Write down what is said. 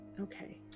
Okay